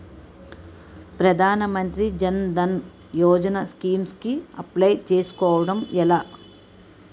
ప్రధాన మంత్రి జన్ ధన్ యోజన స్కీమ్స్ కి అప్లయ్ చేసుకోవడం ఎలా?